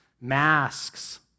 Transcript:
masks